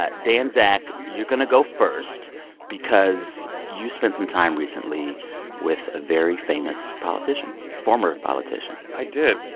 ah dan zak, you're going to go first because you spent some time recently with a very famous politician former politician i did.